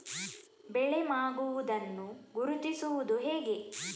ಬೆಳೆ ಮಾಗುವುದನ್ನು ಗುರುತಿಸುವುದು ಹೇಗೆ?